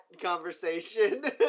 conversation